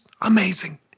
amazing